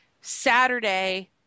Saturday